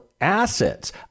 Assets